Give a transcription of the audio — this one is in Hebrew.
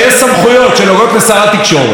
יש סמכויות שנוגעות לראש הממשלה.